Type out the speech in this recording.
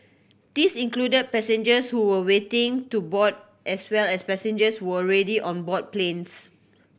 these included passengers who were waiting to board as well as passengers who were already on board planes